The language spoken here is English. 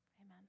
Amen